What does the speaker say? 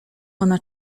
ona